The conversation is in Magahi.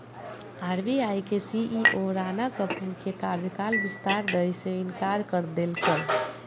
आर.बी.आई के सी.ई.ओ राणा कपूर के कार्यकाल विस्तार दय से इंकार कर देलकय